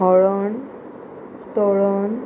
होळोण तोळोन